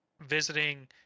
visiting